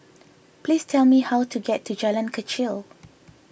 please tell me how to get to Jalan Kechil